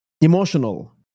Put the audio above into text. emotional